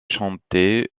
chanter